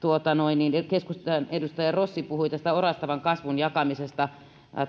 keskustan edustaja rossi puhui tästä orastavan kasvun jakamisesta